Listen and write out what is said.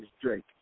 Drake